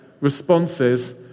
responses